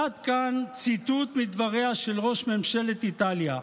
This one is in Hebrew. עד כאן ציטוט מדבריה של ראש ממשלת איטליה.